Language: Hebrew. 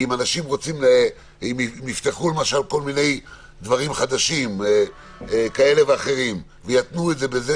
כי אם יפתחו דברים חדשים כאלה ואחרים ויתנו בכך